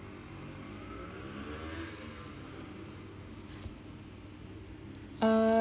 uh